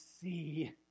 see